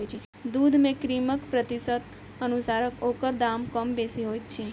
दूध मे क्रीमक प्रतिशतक अनुसार ओकर दाम कम बेसी होइत छै